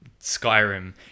Skyrim